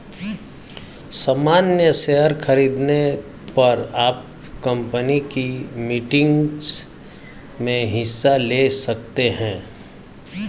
सामन्य शेयर खरीदने पर आप कम्पनी की मीटिंग्स में हिस्सा ले सकते हैं